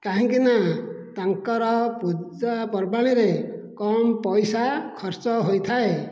କାହିଁକି ନା ତାଙ୍କର ପୂଜା ପର୍ବାଣିରେ କମ ପଇସା ଖର୍ଚ ହୋଇଥାଏ